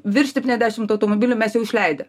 virš septyniasdešimt automobilių mes jau išleidę